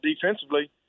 defensively